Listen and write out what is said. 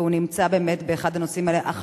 והוא נמצא באמת באחד הנושאים האלה,